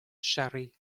charix